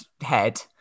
head